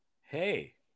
Hey